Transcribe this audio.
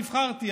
נבחרתי,